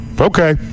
okay